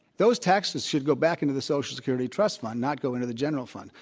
those taxes should go back into the social security trust fund, not go into the general fund.